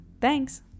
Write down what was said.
Thanks